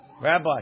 Rabbi